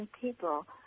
people